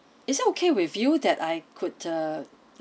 is that okay with you that I could uh